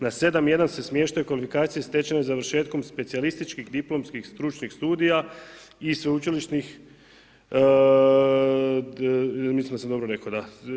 Na 7.1 se smještaju kvalifikacije stečene završetkom specijalističkih, diplomskih stručnih studija i sveučilišnih, mislim da sam dobro rekao, da.